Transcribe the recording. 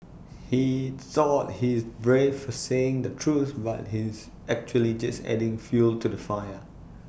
he thought he's brave for saying the truth but he's actually just adding fuel to the fire